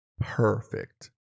perfect